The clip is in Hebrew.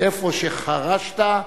איפה שחרשת,